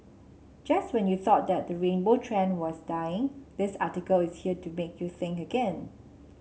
just when you thought that the rainbow trend was dying this article is here to make you think again